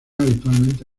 habitualmente